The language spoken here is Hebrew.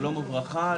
שלום וברכה.